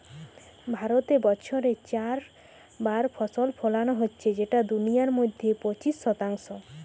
ভারতে বছরে চার বার ফসল ফোলানো হচ্ছে যেটা দুনিয়ার মধ্যে পঁচিশ শতাংশ